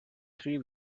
three